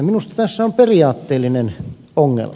minusta tässä on periaatteellinen ongelma